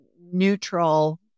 neutral